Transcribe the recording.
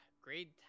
grade